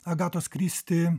agatos kristi